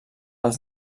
els